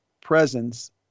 presence